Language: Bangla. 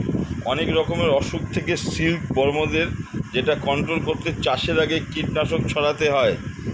অনেক রকমের অসুখ থেকে সিল্ক বর্মদের যেটা কন্ট্রোল করতে চাষের আগে কীটনাশক ছড়াতে হয়